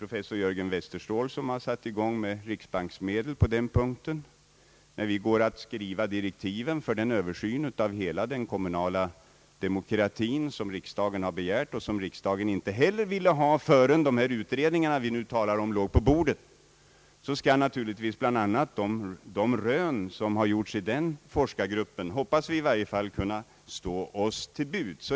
Professor Jörgen Westerståhl har påbörjat en undersökning med hjälp av riksbanksmedel. När vi går att skriva direktiven för den översyn av hela den kommunala demokratin, som riksdagen har begärt men inte heller ville ha förrän nu pågående utredningar låg på bordet, skall naturligtvis — hoppas vi bl.a. de rön som gjorts i den forskargruppen stå oss till buds.